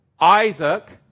Isaac